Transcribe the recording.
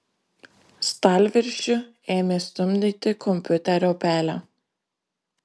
stalviršiu ėmė stumdyti kompiuterio pelę